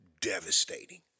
devastating